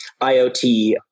IoT